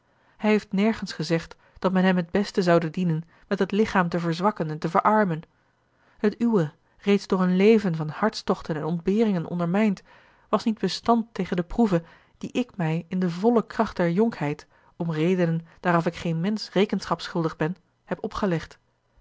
hij heeft nergens gezegd dat men hem het beste zoude dienen met het lichaam te verzwakken en te verarmen het uwe reeds door een leven van hartstochten en ontberingen ondermijnd was niet bestand tegen de proeve die ik mij in de volle kracht der jonkheid om redenen daaraf ik geen mensch rekenschap schuldig ben heb opgelegd